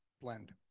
blend